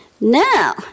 now